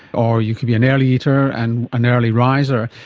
or you could be an early eater and an early riser.